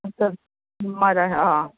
आं चल